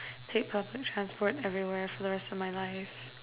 take public transport everywhere for the rest of my life